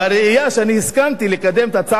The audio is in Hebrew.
אני הסכמתי לקדם את הצעת החוק